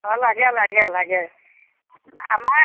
অঁ লাগে লাগে লাগে আমাৰ